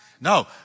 No